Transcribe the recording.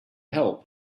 help